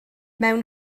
mewn